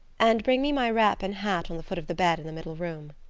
and bring me my wrap and hat on the foot of the bed in the middle room.